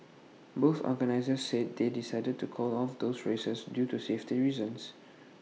both organisers said they decided to call off those races due to safety reasons